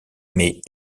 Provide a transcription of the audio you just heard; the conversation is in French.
mais